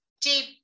deep